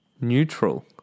neutral